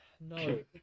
No